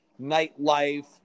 nightlife